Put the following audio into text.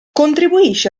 contribuisce